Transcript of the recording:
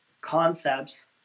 concepts